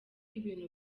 ibintu